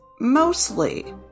mostly